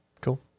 Cool